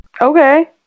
Okay